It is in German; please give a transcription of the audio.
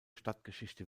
stadtgeschichte